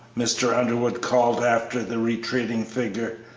mr. underwood called after the retreating figure,